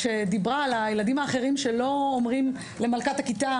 כשאופק דיברה על הילדים האחרים שלא אומרים למלכת הכיתה